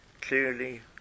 clearly